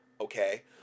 okay